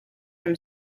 from